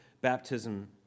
baptism